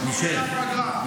תוך כדי הפגרה,